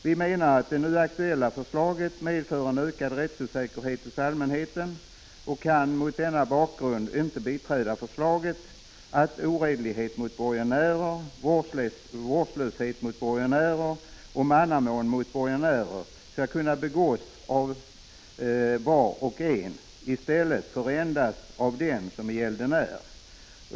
Vi menar att det nu aktuella förslaget medför en ökad rättsosäkerhet hos allmänheten, och vi kan mot denna bakgrund inte biträda förslaget att oredlighet mot borgenärer, vårdslöshet mot borgenärer och mannamån mot borgenärer skall kunna begås av var och en istället för endast av den som är gäldenär.